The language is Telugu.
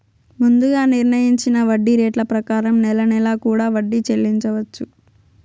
ముందుగా నిర్ణయించిన వడ్డీ రేట్ల ప్రకారం నెల నెలా కూడా వడ్డీ చెల్లించవచ్చు